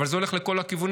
אבל זה הולך לכל הכיוונים,